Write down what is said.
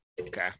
Okay